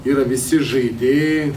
yra visi žaidėjai